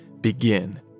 begin